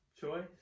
choice